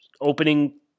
Opening